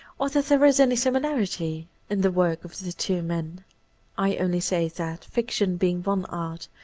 or that there is any similarity in the work of the two men i only say that. fiction being one art,